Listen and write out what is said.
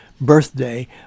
birthday